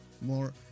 More